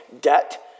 debt